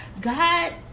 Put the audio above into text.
God